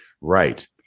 Right